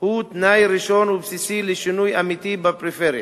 הם תנאי ראשון ובסיסי לשינוי אמיתי בפריפריה.